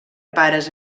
pares